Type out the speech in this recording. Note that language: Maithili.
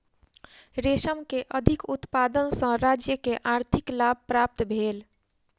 रेशम के अधिक उत्पादन सॅ राज्य के आर्थिक लाभ प्राप्त भेल